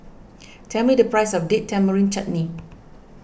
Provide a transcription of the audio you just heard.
tell me the price of Date Tamarind Chutney